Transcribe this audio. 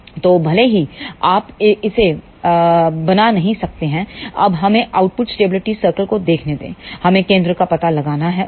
तो भले ही आप इसे बना नहीं सकते हैं अब हमें आउटपुट स्टेबिलिटी सर्कल्स को देखने दें हमें केंद्र का पता लगाना होगा